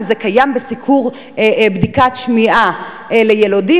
כי זה קיים בבדיקת שמיעה ליילודים.